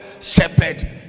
shepherd